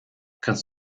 kannst